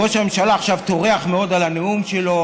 ראש הממשלה עכשיו טורח מאוד על הנאום שלו,